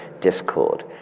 discord